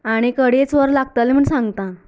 आनीक अडेंच वर लागतले म्हण सांगता